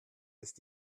ist